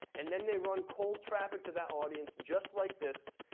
and then they run cold traffic to that audience, just like this,